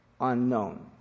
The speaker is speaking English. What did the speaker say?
unknown